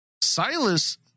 Silas